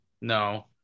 no